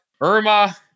Irma